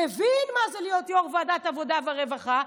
מבין מה זה להיות יו"ר ועדת העבודה והרווחה,